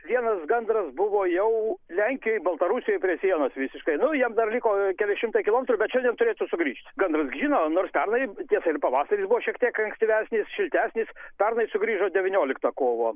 vienas gandras buvo jau lenkijoj baltarusijoj prie sienos visiškai nu jiem dar liko keli šimtai kilometrų bet šiandien turėtų sugrįžt gandras žino nors pernai tiesa ir pavasaris buvo šiek tiek aktyvesnis šiltesnis pernai sugrįžo devynioliktą kovo